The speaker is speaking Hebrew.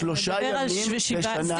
בשלושה ימים בשנה.